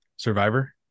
survivor